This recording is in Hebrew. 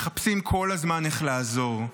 מחפשים כל הזמן איך לעזור.